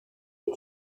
you